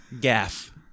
Gaff